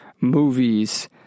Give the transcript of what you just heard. movies